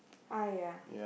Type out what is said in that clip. I ah